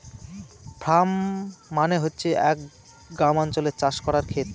farm মানে হচ্ছে এক গ্রামাঞ্চলে চাষ করার খেত